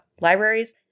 libraries